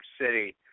city